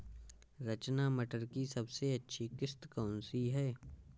रचना मटर की सबसे अच्छी किश्त कौन सी है?